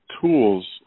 tools